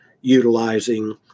utilizing